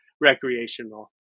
recreational